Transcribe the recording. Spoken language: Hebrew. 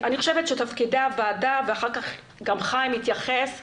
תפקיד הוועדה, וחבר הכנסת כץ גם יתייחס לזה,